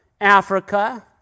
Africa